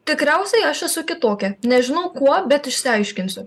tikriausiai aš esu kitokia nežinau kuo bet išsiaiškinsiu